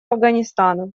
афганистана